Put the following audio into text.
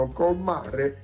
colmare